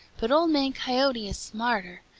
but old man coyote is smarter.